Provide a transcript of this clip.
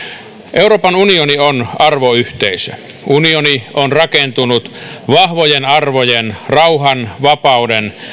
euroopan unioni on arvoyhteisö unioni on rakentunut vahvojen arvojen rauhan vapauden